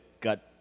got